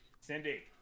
Cindy